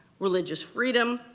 religious freedom,